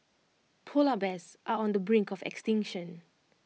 Polar Bears are on the brink of extinction